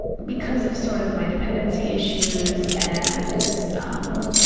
because of sort of my dependency issues and um